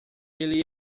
ele